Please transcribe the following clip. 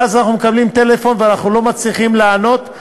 ואז אנחנו מקבלים שיחת טלפון ואנחנו לא מצליחים לענות,